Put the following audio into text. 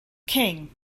king